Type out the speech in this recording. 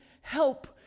help